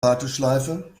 warteschleife